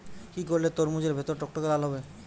কি করলে তরমুজ এর ভেতর টকটকে লাল হবে?